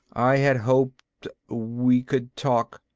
i had hoped we could talk.